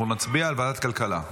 אנחנו נצביע על ועדת כלכלה.